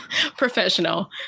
professional